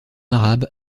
arabe